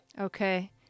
Okay